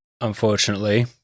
unfortunately